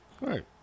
Right